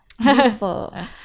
Beautiful